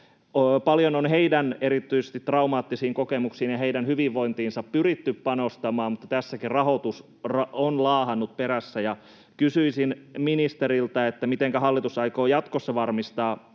Paljon on heidän erityisesti traumaattisiin kokemuksiin ja heidän hyvinvointiinsa pyritty panostamaan, mutta tässäkin rahoitus on laahannut perässä. Kysyisin ministeriltä: mitenkä hallitus aikoo jatkossa varmistaa